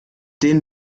denen